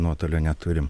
nuotolio neturim